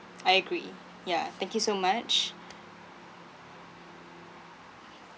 I agree yeah thank you so much